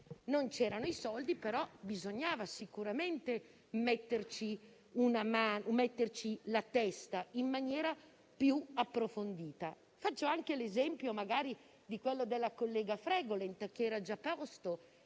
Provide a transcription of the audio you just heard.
Non c'erano i soldi, ma bisognava sicuramente metterci la testa in maniera più approfondita. Faccio l'esempio di quello della collega Fregolent, che era già a posto